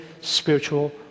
spiritual